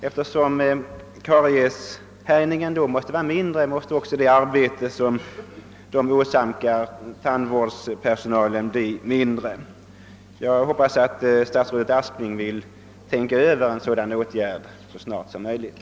Eftersom kariesfrekvensen då måste vara lägre, skulle också det arbete som tandvårdspersonalen åsamkas bli mindre. Jag hoppas att statsrådet Aspling vill tänka över en sådan åtgärd med det snaraste.